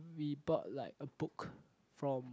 we bought like a book from